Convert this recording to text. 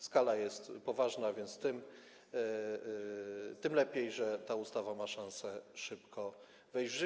Skala jest poważna, więc tym lepiej, że ta ustawa ma szansę szybko wejść w życie.